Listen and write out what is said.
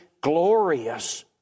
glorious